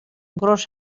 gros